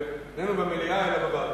נושאים כאלה אינו במליאה אלא בוועדה.